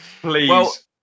Please